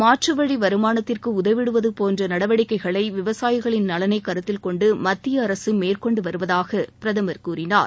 மாற்றுவழி வருமானத்திற்கு உதவிடுவது போன்ற நடவடிக்கைகளை விவசாயிகளின் நலனை கருத்திலகொண்டு மத்தியஅரசு மேற்கொண்டு வருவதாக பிரதமர் கூறினார்